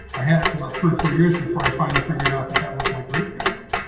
i had it from a three or four years before i finally figured out that that was my great grandmother